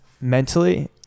mentally